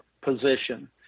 position